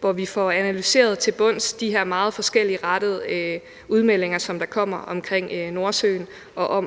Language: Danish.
hvor vi får analyseret de her meget forskelligrettede udmeldinger, der kommer omkring Nordsøen, og